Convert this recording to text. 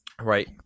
right